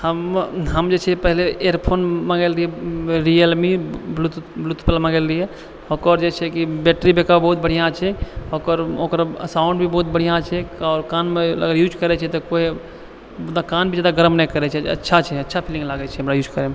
हम हम जे छै पहले इअर फोन मङ्गेले रहियै रियल मी ब्लूटूथवला मङ्गेले रहियै ओकर जे छै की बैट्री बैकअप बहुत बढ़िआँ छै ओकर ओकरो साउंड भी बहुत बढ़िआँ छै आओर कानमे अगर यूज करै छियै तऽ कोइ मतलब कान भी जादा गरम नहि करै छै अच्छा छै अच्छा फिलिंग लागै छै हमरा यूज करै मे